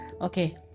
okay